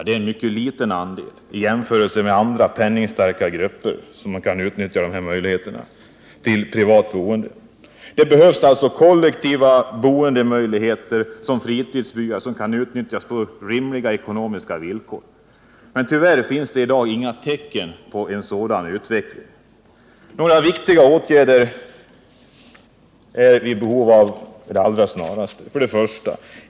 Det är en mycket liten andel i jämförelse med andra, penningstarka grupper som har möjlighet till privatboende. Det behövs kollektiva boendemöjligheter som kan utnyttjas på rimliga ekonomiska villkor, men tyvärr finns det i dag inga tecken på en sådan utveckling. Några viktiga åtgärder är vi i behov av med det allra snaraste: 1.